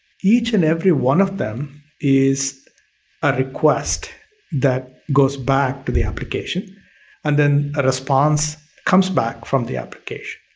each and every one of them is a request that goes back to the application and then a response comes back from the application.